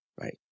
Right